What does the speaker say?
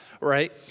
right